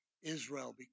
Israel